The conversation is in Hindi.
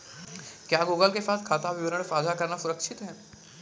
क्या गूगल के साथ खाता विवरण साझा करना सुरक्षित है?